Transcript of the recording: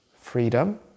freedom